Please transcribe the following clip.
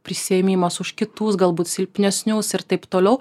prisiėmimas už kitus galbūt silpnesnius ir taip toliau